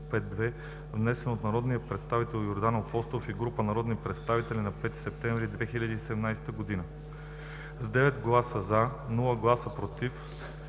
внесен от народния представител Йордан Апостолов и група народни представители на 5 септември 2017 г. 2. С 9 гласа “за”, без “против”